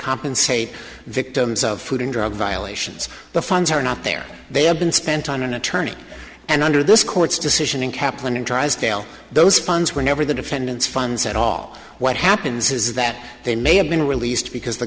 compensate victims of food and drug violations the funds are not there they have been spent on an attorney and under this court's decision in kaplan and drysdale those funds were never the defendants funds at all what happens is that they may have been released because the